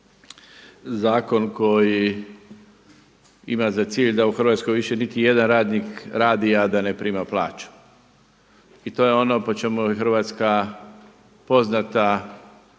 zakon koji ima za cilj da u Hrvatskoj više niti jedan radnik radi, a da ne prima plaću. I to je ono po čemu je Hrvatska poznata